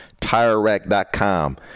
TireRack.com